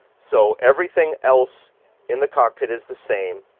so everything else in the cockpit is the same,